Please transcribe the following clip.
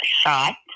shot